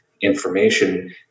information